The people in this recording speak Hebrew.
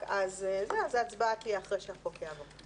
אז ההצבעה תהיה אחרי שהחוק יעבור.